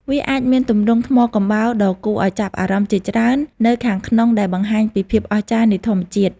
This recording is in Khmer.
វាអាចមានទម្រង់ថ្មកំបោរដ៏គួរឱ្យចាប់អារម្មណ៍ជាច្រើននៅខាងក្នុងដែលបង្ហាញពីភាពអស្ចារ្យនៃធម្មជាតិ។